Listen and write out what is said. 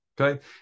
okay